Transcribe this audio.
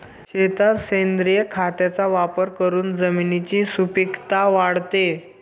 शेतात सेंद्रिय खताचा वापर करून जमिनीची सुपीकता वाढते